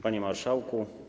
Panie Marszałku!